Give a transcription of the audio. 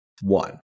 One